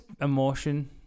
emotion